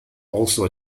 also